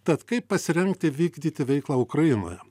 tad kaip pasirengti vykdyti veiklą ukrainoje